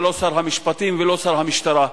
אתה לא שר המשפטים ולא שר המשטרה.